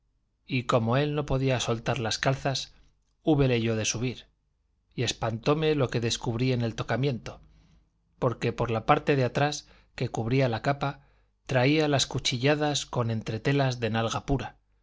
y como él no podía soltar las calzas húbele yo de subir y espantóme lo que descubrí en el tocamiento porque por la parte de atrás que cubría la capa traía las cuchilladas con entretelas de nalga pura